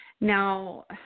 Now